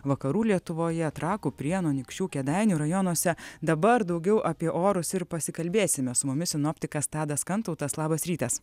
vakarų lietuvoje trakų prienų anykščių kėdainių rajonuose dabar daugiau apie orus ir pasikalbėsime su mumis sinoptikas tadas kantautas labas rytas